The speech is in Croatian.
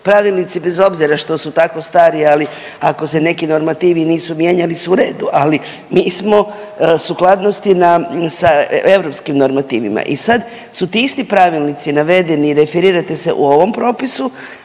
Pravilnici bez obzira što su tako stari ali ako se neki normativi nisu mijenjali su u redu, ali mi smo sukladnosti sa Europskim normativima i sad su ti isti Pravilnici navedeni referirajte se u ovom propisu,